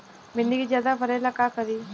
भिंडी के ज्यादा फरेला का करी?